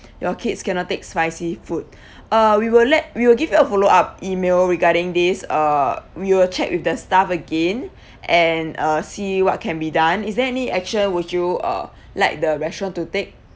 your kids cannot take spicy food uh we will let we will give you a follow up email regarding this uh we will check with the staff again and uh see what can be done is there any action would you uh like the restaurant to take